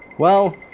well,